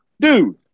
Dude